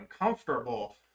uncomfortable